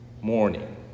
morning